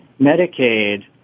Medicaid